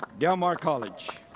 del mar college.